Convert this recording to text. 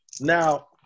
Now